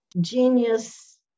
genius